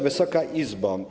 Wysoka Izbo!